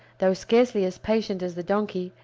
though scarcely as patient as the donkey,